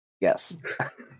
Yes